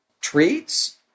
treats